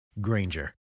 Granger